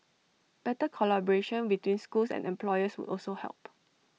better collaboration between schools and employers would also help